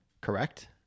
correct